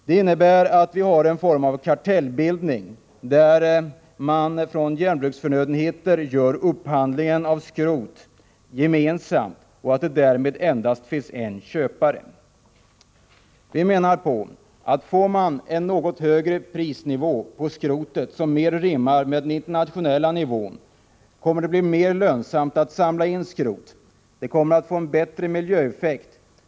Det innebär en form av kartellbildning, där Järnbruksförnödenheter sköter upphandlingen av skrot gemensamt för järnbruken. Därmed finns endast en köpare. Får man en något högre prisnivå på skrot som mer rimmar med den internationella nivån kommer det att bli mer lönsamt att samla in skrot. Det kommer också att medföra en förbättring av miljön.